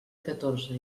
catorze